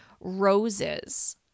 roses